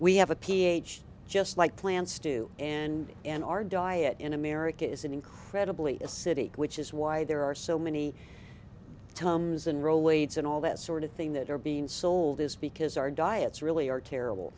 we have a ph just like plants do and in our diet in america is an incredibly a city which is why there are so many tums and rolaids and all that sort of thing that are being sold is because our diets really are terrible